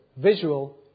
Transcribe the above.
visual